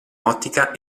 ottica